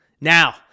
Now